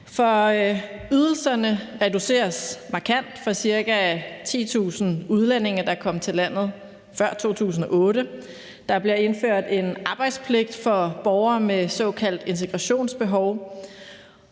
ydelserne reduceres markant for ca. 10.000 udlændinge, der kom til landet før 2008, og der bliver indført en arbejdspligt for borgere med såkaldt integrationsbehov,